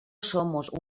somos